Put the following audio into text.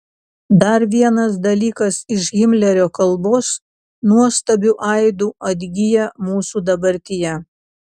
dar vienas dalykas iš himlerio kalbos nuostabiu aidu atgyja mūsų dabartyje